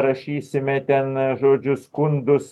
rašysime ten žodžiu skundus